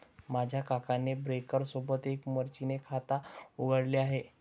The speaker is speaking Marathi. माझ्या काकाने ब्रोकर सोबत एक मर्जीन खाता उघडले आहे